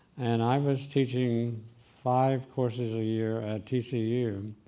and i was teaching five courses a year at tcu.